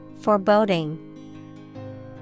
Foreboding